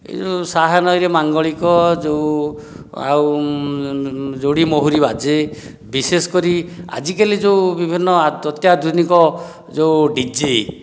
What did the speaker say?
ଏହି ଯେଉଁ ସାହାନାଇରେ ମାଙ୍ଗଳିକ ଯେଉଁ ଆଉ ଯୋଡ଼ି ମହୁରି ବାଜେ ବିଶେଷ କରି ଆଜିକାଲି ଯେଉଁ ବିଭିନ୍ନ ଅତ୍ୟାଧୁନିକ ଯେଉଁ ଡିଜେ